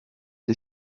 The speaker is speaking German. die